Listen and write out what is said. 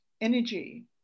energy